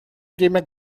время